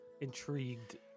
intrigued